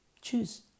Choose